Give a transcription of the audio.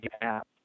app